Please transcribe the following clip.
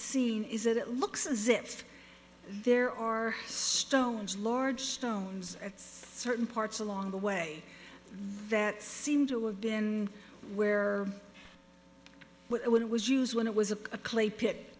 seen is that it looks as if there are stones large stones at certain parts along the way that seem to have been where it was used when it was a clay pit